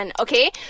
Okay